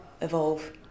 evolve